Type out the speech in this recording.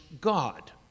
God